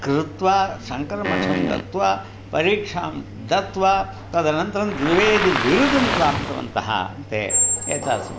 कृत्वा शङ्करमठं गत्वा परीक्षां दत्वा तदनन्तरं द्विवेदि बिरुदं प्राप्तवन्तः ते एतादृशम्